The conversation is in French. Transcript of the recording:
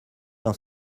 dans